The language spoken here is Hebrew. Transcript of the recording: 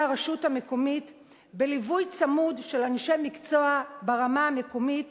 הרשות המקומית בליווי צמוד של אנשי מקצוע ברמה המקומית